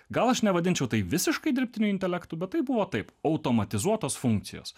gal aš nevadinčiau tai visiškai dirbtiniu intelektu bet tai buvo taip automatizuotos funkcijos